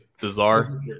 bizarre